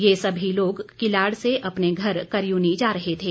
ये सभी लोग किलाड़ से अपने घर करयुनी जा रहे थे